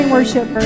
worship